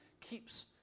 keeps